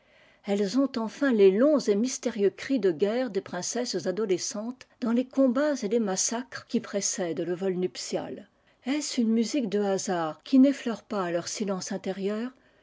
elles ont enfin les longs et mystérieux cris de guerre is princesses adolescentes dans les combats et massacres qui précèdent le vol nuptial estune musique de hasard qui n'effleure pas leur ence intérieur